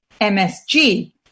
MSG